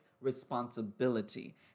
responsibility